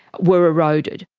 were eroded.